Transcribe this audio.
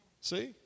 See